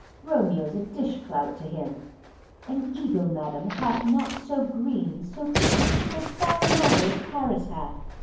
romeo's a dishclout to him an eagle, madam, hath not so green, so quick, so fair an eye as paris hath.